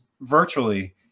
virtually